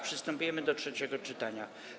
Przystępujemy do trzeciego czytania.